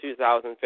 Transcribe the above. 2015